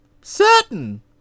Certain